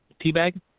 Teabag